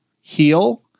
Heal